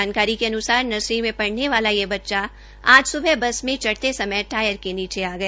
जानकारी के अनुसार नर्सरी में पढने वाला यह बच्चा आज सुबह बस में चढ़ते समय टायर के नीचे आ गया